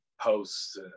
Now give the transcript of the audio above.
posts